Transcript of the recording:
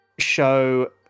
show